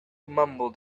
mumbled